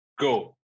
go